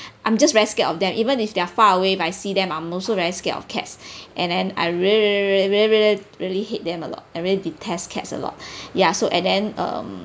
I'm just very scared of them even if they're far away by see them I'm also very scared of cats and then I really really really really hate them a lot I really detest cats a lot ya so and then um